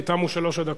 כי תמו שלוש הדקות.